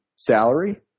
salary